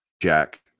jack